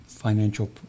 Financial